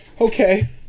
Okay